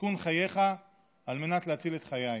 סיכון חייך על מנת להציל את חיי.